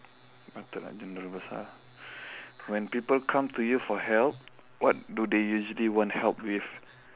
when people come to you for help what do they usually want help with